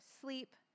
sleep